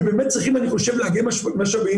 ובאמת צריכים אני חושב לאגם משאבים,